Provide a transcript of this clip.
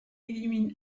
élimine